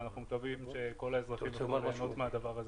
ואנחנו מקווים שכל האזרחים יוכלו ליהנות מהדבר הזה.